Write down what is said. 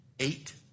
Eight